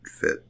fit